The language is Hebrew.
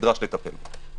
נדרש לטפל בו.